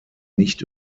nicht